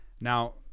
now